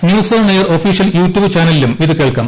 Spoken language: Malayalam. news on air official YouTube ചാനലിലും ഇത് കേൾക്കാം